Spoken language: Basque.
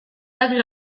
daki